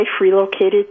relocated